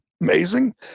amazing